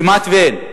כמעט שאין.